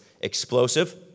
explosive